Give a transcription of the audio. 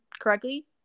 correctly